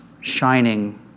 shining